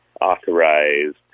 authorized